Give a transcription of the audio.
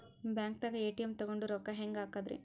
ಬ್ಯಾಂಕ್ದಾಗ ಎ.ಟಿ.ಎಂ ತಗೊಂಡ್ ರೊಕ್ಕ ಹೆಂಗ್ ಹಾಕದ್ರಿ?